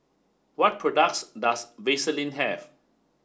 what products does Vaselin have